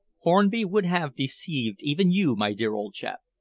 hornby would have deceived even you, my dear old chap.